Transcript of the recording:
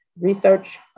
research